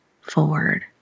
forward